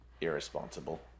irresponsible